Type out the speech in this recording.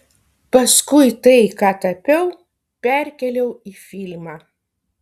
paskui tai ką tapiau perkėliau į filmą